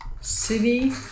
city